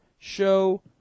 Show